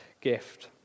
gift